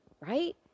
right